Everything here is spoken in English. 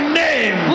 name